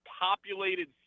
populated